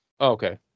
okay